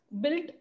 built